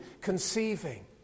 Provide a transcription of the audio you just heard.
conceiving